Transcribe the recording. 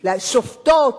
שופטות בית-משפט.